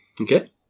Okay